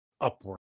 upward